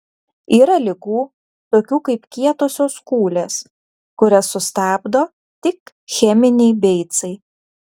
yra ligų tokių kaip kietosios kūlės kurias sustabdo tik cheminiai beicai